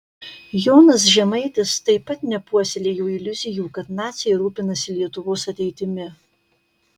jonas žemaitis taip pat nepuoselėjo iliuzijų kad naciai rūpinasi lietuvos ateitimi